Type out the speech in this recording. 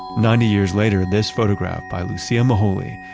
ninety years later, this photograph by lucia moholy,